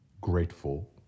grateful